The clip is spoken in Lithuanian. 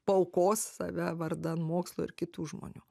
paaukos save vardan mokslo ir kitų žmonių